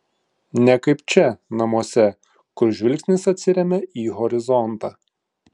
ne kaip čia namuose kur žvilgsnis atsiremia į horizontą